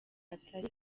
atari